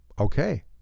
Okay